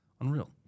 Unreal